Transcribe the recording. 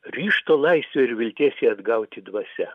ryžto laisvė ir vilties ją atgauti dvasia